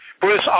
Bruce